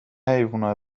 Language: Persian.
حیونای